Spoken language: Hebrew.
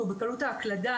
או בקלות ההקלדה,